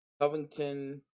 Covington